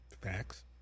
facts